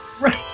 Right